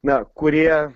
na kurie